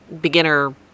beginner